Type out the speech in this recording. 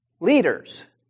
leaders